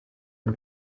n’u